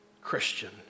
Christian